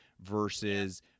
versus